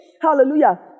Hallelujah